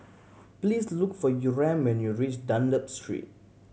please look for Yurem when you reach Dunlop Street